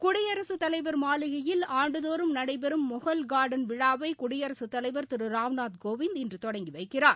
குடியரசுத் தலைவர் மாளிகையில் ஆண்டுதோறும் மொகல் கார்டன் விழாவை குடியரசுத் தலைவர் திரு ராம்நாத் கோவிந்த் இன்று தொடங்கி வைக்கிறார்